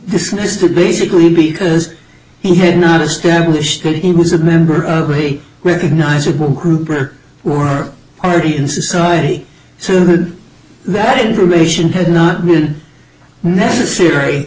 dismissed it basically because he had not established that it was a member of a recognizable group or were already in society so good that information had not been necessary